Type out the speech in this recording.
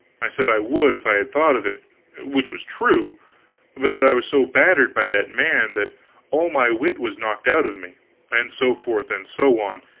i said i would if i had thought of it which was true but that i was so battered by that man that all my wit was knocked out of me and so forth and so on,